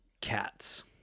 Cats